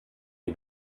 die